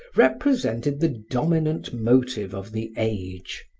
represented the dominant motive of the age.